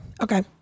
Okay